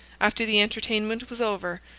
after the entertainment was over,